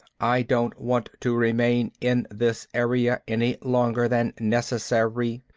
i don't want to remain in this area any longer than necessary.